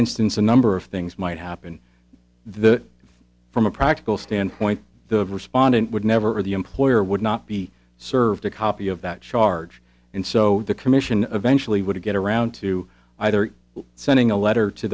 instance a number of things might happen the from a practical standpoint the respondent would never or the employer would not be served a copy of that charge and so the commission eventually would get around to either sending a letter to